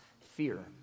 fear